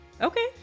Okay